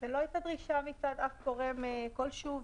לא הייתה דרישה משום גורם כלשהו,